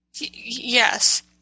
Yes